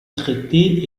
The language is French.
traitées